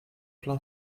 plein